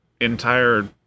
entire